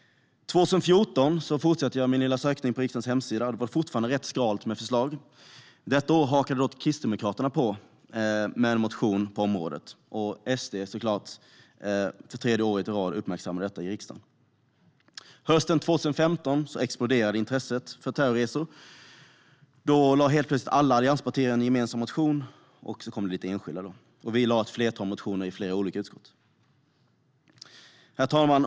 Jag fortsätter min lilla sökning på riksdagens hemsida. År 2014 var det fortfarande rätt skralt med förslag. Detta år hakade dock Kristdemokraterna på med en motion på området, och SD uppmärksammade såklart det för tredje året i riksdagen. Hösten 2015 exploderade intresset för terrorresor. Då lade helt plötsligt alla allianspartier fram en gemensam motion, och det kom lite enskilda motioner. Vi lade fram ett flertal motioner i flera olika utskott. Herr talman!